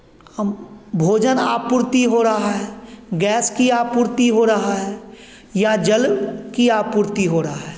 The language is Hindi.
भोजन आपूर्ति हो रहा है गैस की आपूर्ति हो रहा है या जल की आपूर्ति हो रहा है